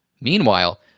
Meanwhile